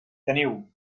teniu